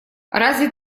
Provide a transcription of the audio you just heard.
разве